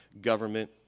government